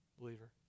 believer